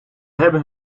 hebben